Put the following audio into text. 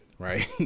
Right